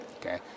okay